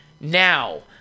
now